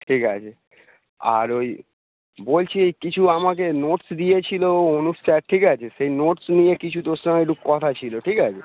ঠিক আছে আর ওই বলছি এই কিছু আমাকে নোটস দিয়েছিল ও অনুপ স্যার ঠিক আছে সেই নোটস নিয়ে কিছু তোর সঙ্গে একটু কথা ছিল ঠিক আছে